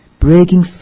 Breaking